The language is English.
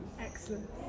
Excellent